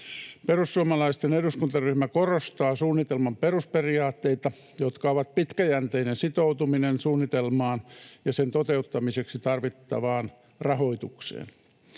Perussuomalaisten eduskuntaryhmä korostaa suunnitelman perusperiaatteita, jotka ovat pitkäjänteinen sitoutuminen suunnitelmaan ja sen toteuttamiseksi tarvittavaan rahoitukseen.